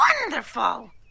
wonderful